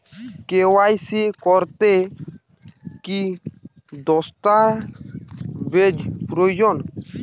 KYC করতে কি দস্তাবেজ প্রয়োজন?